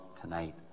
tonight